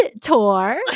tour